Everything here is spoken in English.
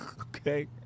okay